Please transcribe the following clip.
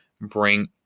Bring